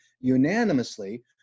unanimously